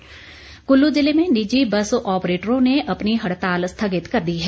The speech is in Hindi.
बस सेवा कुल्लू जिले में निजी बस ऑपरेटरों ने अपनी हड़ताल स्थगित कर दी है